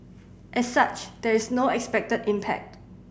as such there is no expected impact